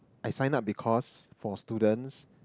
I signed up because for students